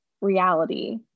reality